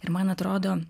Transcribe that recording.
ir man atrodo